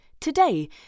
today